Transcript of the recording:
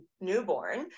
newborn